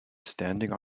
standing